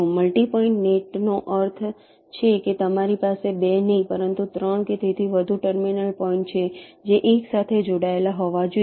multi point નેટનો અર્થ છે કે તમારી પાસે 2 નહિ પરંતુ 3 કે તેથી વધુ ટર્મિનલ પોઈન્ટ છે જે એકસાથે જોડાયેલા હોવા જોઈએ